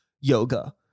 yoga